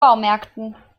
baumärkten